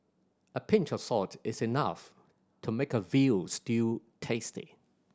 a pinch of salt is enough to make a veal stew tasty